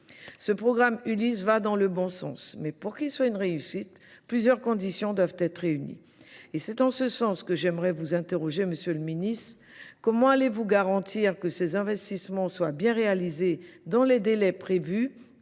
Ce programme Ulysse va dans le bon sens, mais pour qu'il soit une réussite, plusieurs conditions doivent être réunies. Et c'est en ce sens que j'aimerais vous interroger, Monsieur le Ministre, comment allez-vous garantir que ces investissements soient bien réalisés dans les délais prévus ?